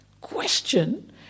question